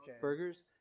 burgers